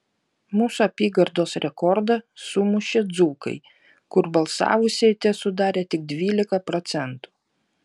mūsų apygardos rekordą sumušė dzūkai kur balsavusieji tesudarė tik dvylika procentų